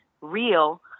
real